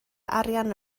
arian